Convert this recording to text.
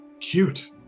cute